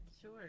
Sure